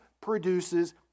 produces